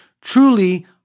truly